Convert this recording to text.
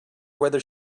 whether